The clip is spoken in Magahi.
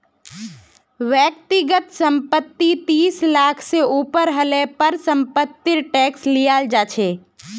व्यक्तिगत संपत्ति तीस लाख से ऊपर हले पर समपत्तिर टैक्स लियाल जा छे